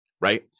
right